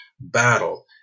battle